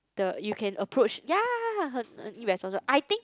the you can approach ya ya ya her irresponsible I think